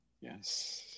Yes